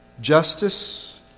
justice